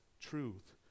truth